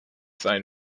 sein